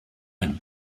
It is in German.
ein